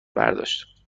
برداشت